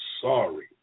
sorry